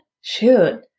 Shoot